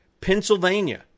Pennsylvania